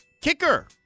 Kicker